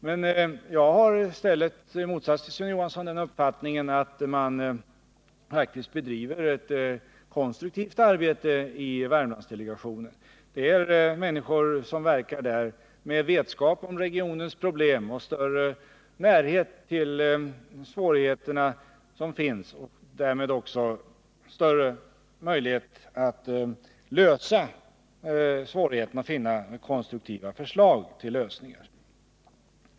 Men jag har i motsats till Sune Johansson den uppfattningen att man faktiskt bedriver ett konstruktivt arbete i Värmlandsdelegationen. De människor som verkar där har god vetskap om regionens problem och även större närhet till de svårigheter som finns, och de har därmed också större möjlighet att lösa problemen eller finna konstruktiva förslag till lösningar.